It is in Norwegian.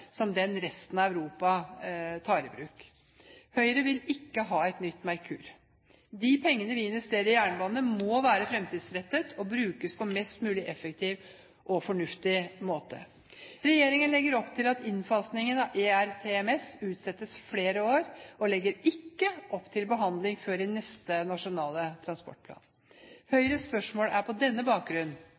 som den resten av Europa tar i bruk. Høyre vil ikke ha et nytt Merkur. De pengene vi investerer i jernbanen, må være fremtidsrettet og brukes på en mest mulig effektiv og fornuftig måte. Regjeringen legger opp til at innfasingen av ERTMS utsettes i flere år, og legger ikke opp til behandling før i neste Nasjonal transportplan. Høyres spørsmål er på denne bakgrunn: